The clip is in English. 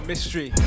mystery